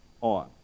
on